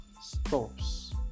stops